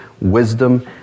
wisdom